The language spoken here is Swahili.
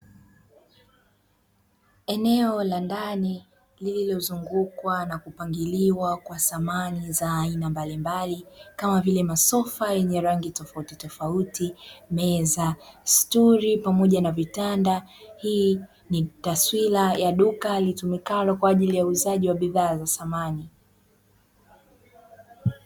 Eneo la ndani lililozungukwa na kupangiliwa kwa thamani za aina mbalimbali kama vile; masofa yenye rangi tofauti tofauti meza, stuli, pamoja na vitanda hii ni taswira ya duka litumikalo kwa ajili ya uuzaji wa bidhaa za samani.